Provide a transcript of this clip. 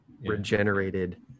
regenerated